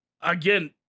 again